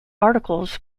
articles